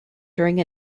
during